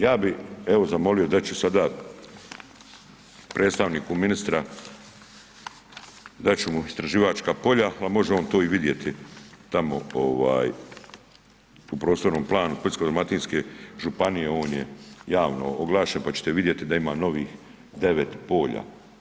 Ja bi evo zamolio, dat ću sada predstavniku ministra, dat ću mu istraživačka polja, a može on to i vidjeti tamo ovaj u prostornom planu Splitsko-dalmatinske županije, on je javno oglašen pa ćete vidjeti da ima novih 9 polja.